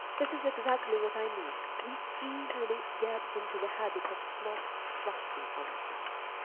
this is exactly what i mean, we easily get into the habit of not trusting ourselves.